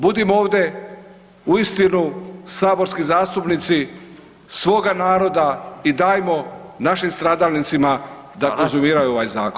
Budimo ovdje uistinu saborski zastupnici svoga naroda i dajmo našim stradalnicima da konzumiraju ovaj zakon.